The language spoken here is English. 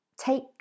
take